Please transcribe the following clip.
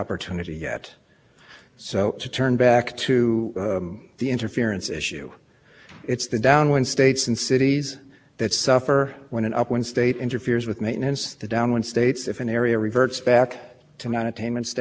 pollution control requirements not only say on power plants but on other industrial and commercial activities they have to impose pollution offset requirements and of course it's the people who live in those downwind areas who who suffer the